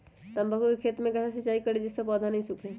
तम्बाकू के खेत मे कैसे सिंचाई करें जिस से पौधा नहीं सूखे?